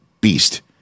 beast